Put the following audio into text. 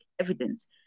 evidence